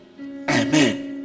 amen